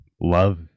love